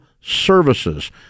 services